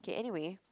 K anyway